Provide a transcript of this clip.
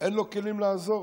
אין לו כלים לעזור.